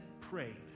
prayed